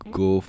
go